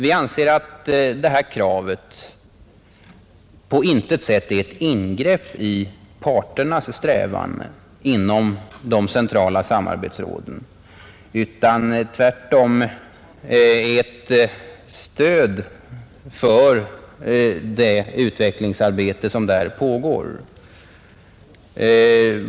Vi anser att vårt krav på intet sätt är ett ingrepp i parternas strävan inom de centrala samarbetsråden utan tvärtom är ett stöd för det utvecklingsarbete som där pågår.